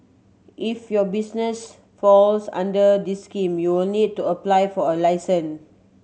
if your business falls under the scheme you'll need to apply for a license